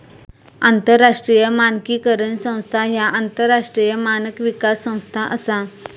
आंतरराष्ट्रीय मानकीकरण संस्था ह्या आंतरराष्ट्रीय मानक विकास संस्था असा